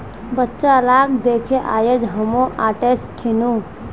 बच्चा लाक दखे आइज हामो ओट्स खैनु